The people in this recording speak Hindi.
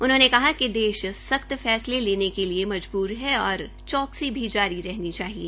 उन्होंने कहा कि देश सख्त फैसले लेने के लिए मजबृतर है और चौक्सी भी जारी रहनी चाहिए